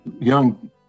young